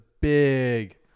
big